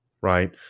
right